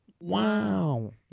wow